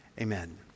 Amen